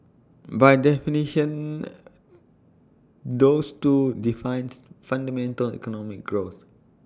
by definition those two defines fundamental economic growth